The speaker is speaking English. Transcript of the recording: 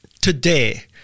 today